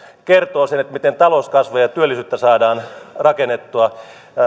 kertoo miten talouskasvua ja työllisyyttä saadaan rakennettua